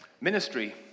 ministry